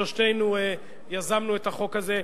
שלושתנו יזמנו את החוק הזה.